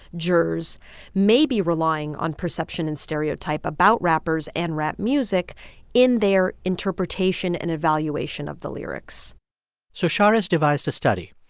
jurors may be relying on perception and stereotype about rappers and rap music in their interpretation and evaluation of the lyrics so charis devised a study.